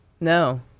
No